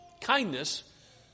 kindness